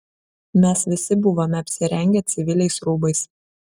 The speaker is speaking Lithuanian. mes visi buvome apsirengę civiliais rūbais